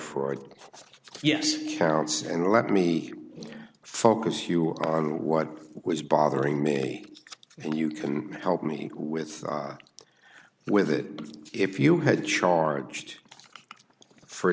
fraud yes counts and let me focus you on what was bothering me and you can help me with with it if you had charged for